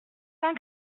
cent